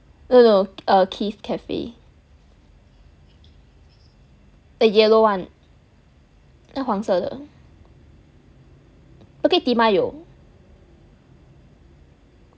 no no no err kith cafe the yellow one 那个黄色的 bukit timah 有